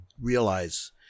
realize